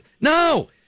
No